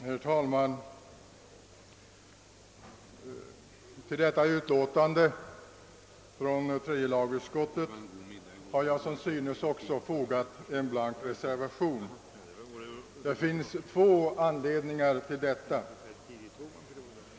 Herr talman! Till det utlåtande från tredje lagutskottet som vi nu behandlar har som synes även jag fogat en blank reservation. Jag har gjort det av två anledningar.